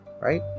right